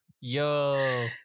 yo